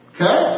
Okay